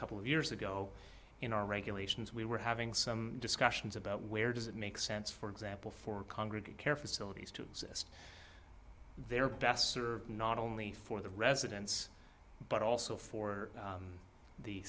couple of years ago in our regulations we were having some discussions about where does it make sense for example for congress care facilities to exist they're best served not only for the residents but also for